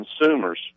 consumers